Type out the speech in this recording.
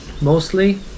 mostly